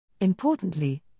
Importantly